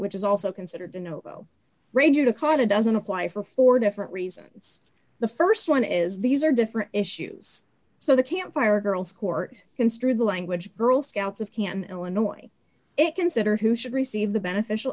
which is also considered a no regular caught it doesn't apply for four different reasons the st one is these are different issues so the camp fire girls court construe the language girl scouts of cam illinois it consider who should receive the beneficial